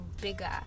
bigger